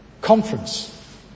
conference